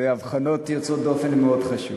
הבחנות יוצאות דופן הן מאוד חשובות.